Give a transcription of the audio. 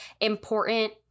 important